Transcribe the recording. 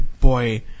boy